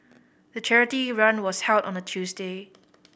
the charity run was held on a Tuesday